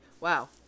Wow